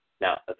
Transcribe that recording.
Now